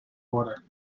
order